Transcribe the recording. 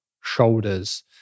shoulders